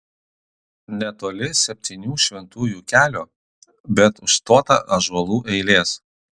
netoli septynių šventųjų kelio bet užstotą ąžuolų eilės